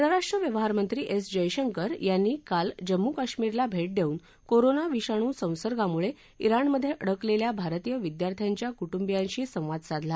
परराष्ट्र व्यवहारमंत्री एस जयशंकर यांनी काल जम्मू कश्मीरला भेट देऊन कोरोना विषाणू संसंगामुळे इराणमधे अडकलेल्या भारतीय विद्यार्थ्यांच्या कुटुबियांशी संवाद साधला